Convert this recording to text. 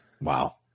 Wow